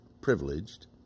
privileged